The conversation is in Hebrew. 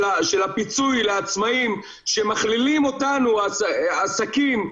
הפיצוי לעצמאים שמכלילים אותנו עסקים,